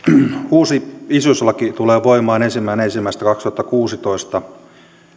uusi isyyslaki tulee voimaan ensimmäinen ensimmäistä kaksituhattakuusitoista